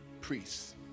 priests